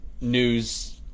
news